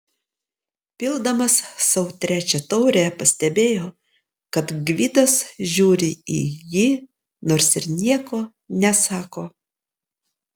pildamas sau trečią taurę pastebėjo kad gvidas žiūri į jį nors ir nieko nesako